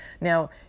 Now